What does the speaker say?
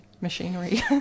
Machinery